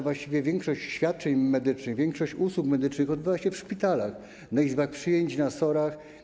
Właściwie większość świadczeń medycznych, większość usług medycznych jest wykonywana w szpitalach, na izbach przyjęć, na SOR-ach.